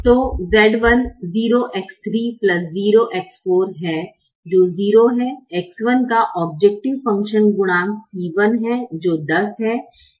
तो Z1 है जो 0 है X1 का औब्जैकटिव फ़ंक्शन गुणांक C1 है जो 10 है